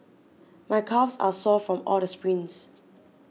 my calves are sore from all the sprints